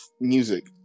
music